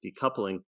decoupling